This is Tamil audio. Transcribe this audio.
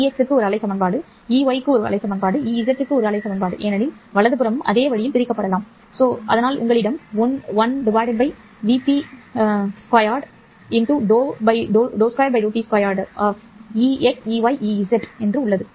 Ex க்கு ஒரு அலை சமன்பாடு Ey க்கு ஒன்று Ez க்கு ஒன்று ஏனெனில் வலது புறமும் அதே வழியில் பிரிக்கப்படலாம் உங்களிடம் 1 vp2 ∂t∂2 2 y உள்ளது